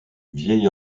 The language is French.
vieil